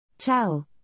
Ciao